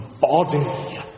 body